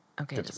Okay